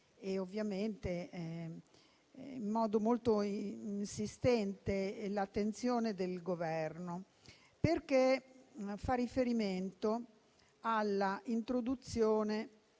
e in modo molto insistente, l'attenzione del Governo, perché fa riferimento all'introduzione